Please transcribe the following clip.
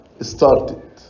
started